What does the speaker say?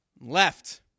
left